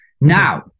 Now